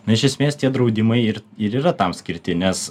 na iš esmės tie draudimai ir ir yra tam skirti nes